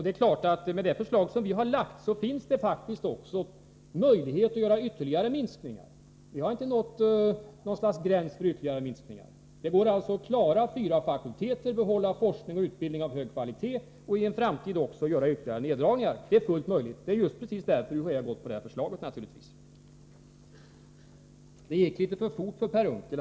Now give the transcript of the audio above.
Med det förslag vi har lagt finns det faktiskt också möjlighet att göra ytterligare minskningar. Vi har inte nått något slags gräns i det avseendet. Det går alltså att klara fyra fakulteter, behålla forskning och utbildning av hög kvalitet och i en framtid också göra ytterligare neddragningar. Det är fullt möjligt, och det är naturligtvis just därför UHÄ har gått på detta förslag. Det gick litet för fort för Per Unckel.